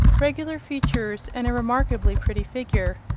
regular features, and a remarkably pretty figure.